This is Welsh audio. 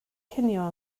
cinio